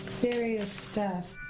serious stuff.